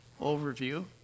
overview